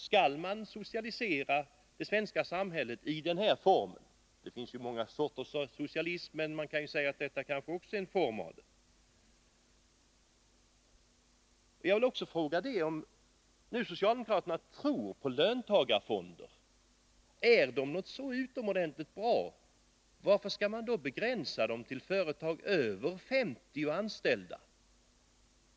Skall de socialisera det svenska samhället i den här formen? Det finns ju många sorters socialism, och man kan kanske säga att löntagarfondssystemet också är en form av socialism. Och om nu socialdemokraterna tror på löntagarfonder, om dessa är så utomordentligt bra, varför skall man då begränsa dem till att gälla bara i företag med över 50 anställda?